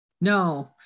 No